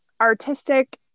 artistic